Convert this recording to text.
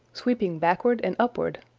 sweeping backward and upward,